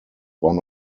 one